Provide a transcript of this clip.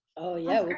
oh, yeah.